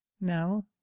now